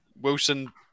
Wilson